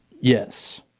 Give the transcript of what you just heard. Yes